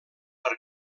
per